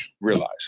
realize